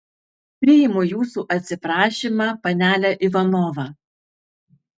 priimu jūsų atsiprašymą panele ivanova